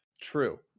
True